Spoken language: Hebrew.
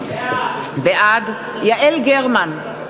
בעד יעל גרמן,